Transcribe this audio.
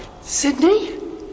Sydney